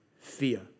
fear